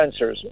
sensors